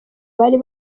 bari